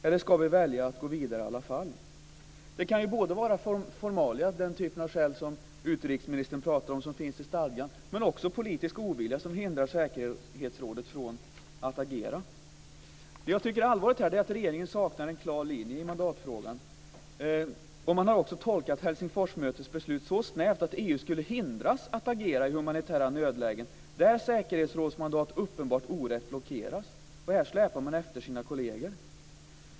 Eller ska vi välja att gå vidare i alla fall? Det kan både vara formalia - den typen av skäl som utrikesministern talar om, och som finns i stadgan - och politisk ovilja som hindrar säkerhetsrådet från att agera. Det jag tycker är allvarligt är att regeringen saknar en klar linje i mandatfrågan. Man har också tolkat Helsingforsmötets beslut så snävt att EU skulle hindras att agera i humanitära nödlägen där säkerhetsrådsmandat uppenbart orätt blockeras. Här släpar man efter sina kolleger.